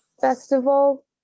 festival